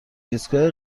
ایستگاه